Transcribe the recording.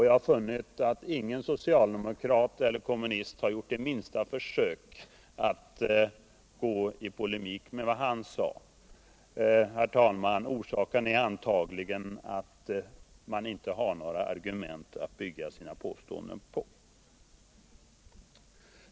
Jag har funnit att ingen socialdemokrat eller kommunist har gjort ens det minsta försök att gå i polemik med vad han sade. Herr talman! Orsaken är antagligen att man inte har några argument att bygga sina påståenden på.